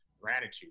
gratitude